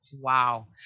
Wow